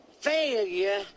failure